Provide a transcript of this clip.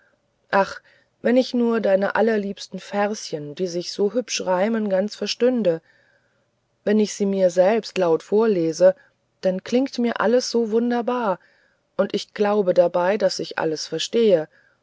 ach wenn ich nur deine allerliebsten verschen die sich so hübsch reimen ganz verstünde wenn ich sie so mir selbst laut vorlese dann klingt mir alles so wunderbar und ich glaube dabei daß ich alles verstehe